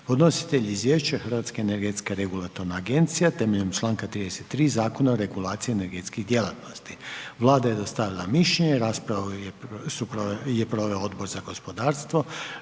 Podnositelj izvješća Hrvatske energetska regulatorna agencija temeljem članka 33. Zakona o regulaciji energetskih djelatnosti. Vlada je dostavila mišljenje. Raspravu je proveo Odbor za gospodarstvo.